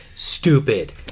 Stupid